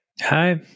Hi